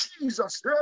Jesus